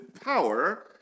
power